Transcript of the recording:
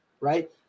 right